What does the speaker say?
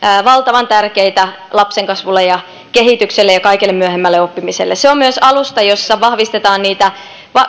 valtavan tärkeitä lapsen kasvulle ja kehitykselle ja kaikelle myöhemmälle oppimiselle se on myös alusta jossa vahvistetaan niitä